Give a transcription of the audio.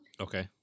Okay